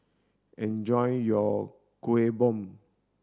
enjoy your Kuih Bom